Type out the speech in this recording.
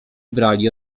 brali